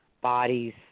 bodies